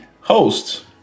host